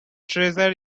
treasure